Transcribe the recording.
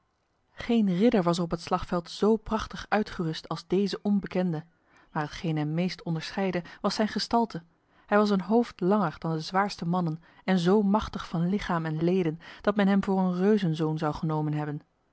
geen ridder was er op het slagveld zo prachtig uitgerust als deze onbekende maar hetgeen hem meest onderscheidde was zijn gestalte hij was een hoofd langer dan de zwaarste mannen en zo machtig van lichaam en leden dat men hem voor een reuzenzoon zou genomen hebben